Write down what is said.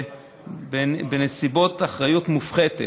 בנסיבות אחריות מופחתת.